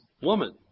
woman